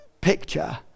picture